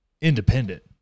independent